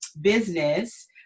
business